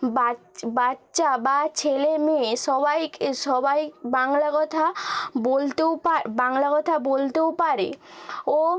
বাচ বাচ্চা বা ছেলেমেয়ে সবাইকে সবাই বাংলা কথা বলতেও পা বাংলা কথা বলতেও পারে ও